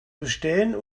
bestellen